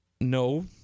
No